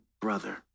brother